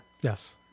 Yes